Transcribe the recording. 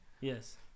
Yes